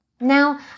Now